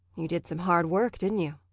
you did some hard work, didn't you?